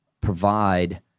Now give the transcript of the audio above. provide